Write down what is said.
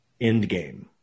Endgame